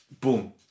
boom